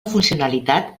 funcionalitat